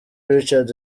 richard